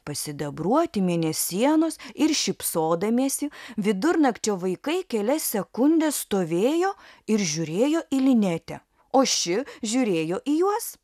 pasidabruoti mėnesienos ir šypsodamiesi vidurnakčio vaikai kelias sekundes stovėjo ir žiūrėjo į linetę o ši žiūrėjo į juos